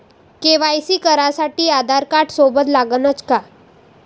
KYC करासाठी आधारकार्ड सोबत लागनच का?